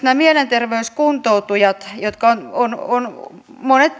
nämä mielenterveyskuntoutujat jotka ovat monet